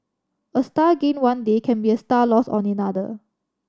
a star gained one day can be a star lost on another